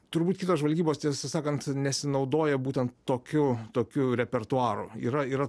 turbūt kitos žvalgybos tiesą sakant nesinaudoja būtent tokiu tokiu repertuaru yra yra